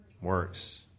works